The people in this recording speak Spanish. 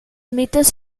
mitos